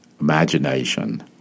imagination